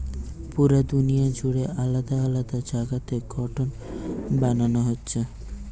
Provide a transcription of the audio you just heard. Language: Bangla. পুরা দুনিয়া জুড়ে আলাদা আলাদা জাগাতে কটন বানানা হচ্ছে